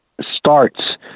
starts